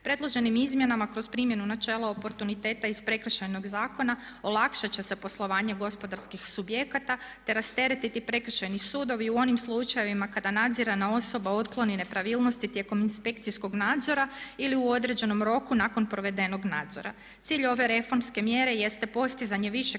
Predloženim izmjenama kroz primjenu načela oportuniteta iz Prekršajnog zakona olakšat će se poslovanje gospodarskih subjekata, te rasteretiti Prekršajni sudovi u onim slučajevima kada nadzirana osoba otkloni nepravilnosti tijekom inspekcijskog nadzora ili u određenom roku nakon provedenog nadzora. Cilj ove reformske mjere jeste postizanje višeg stupnja